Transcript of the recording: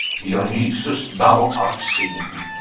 dionysus, thou art seen.